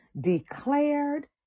declared